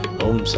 om